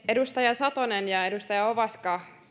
edustaja satonen ja edustaja ovaska